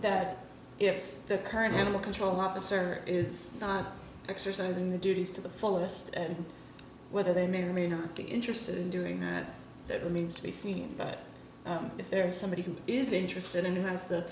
that if the current animal control officer is not exercising their duties to the fullest and whether they may or may not be interested in doing that remains to be seen but if there is somebody who is interested in who has the